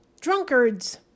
drunkards